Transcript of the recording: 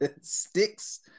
sticks